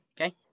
Okay